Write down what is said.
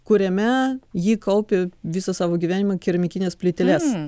kuriame ji kaupė visą savo gyvenimą keramikines plyteles